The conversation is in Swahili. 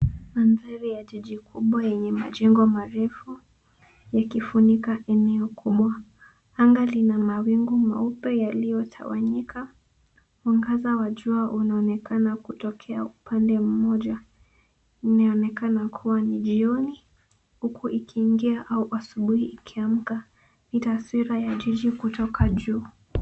Mandhari ya jiji kubwa yenye majengo marefu yakifunika eneo kubwa. Anga lina mawigu meupe yaliyotawanyika. Mwangaza wa jua unaonekana kutokea upande mmoja inayoonekana kuwa ni jioni huku ikiingia au asubuhi ikiamka. Ni taswira ya jiji kutoka juu.